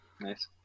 Nice